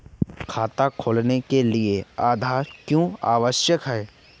खाता खोलने के लिए आधार क्यो आवश्यक है?